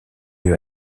lieu